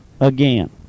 again